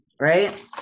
Right